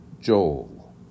Joel